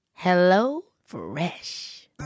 HelloFresh